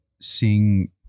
seeing